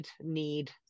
need